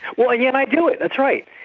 well, and yet i do it, that's right.